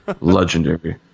legendary